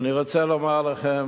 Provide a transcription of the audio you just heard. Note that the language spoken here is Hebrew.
ואני רוצה לומר לכם